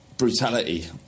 Brutality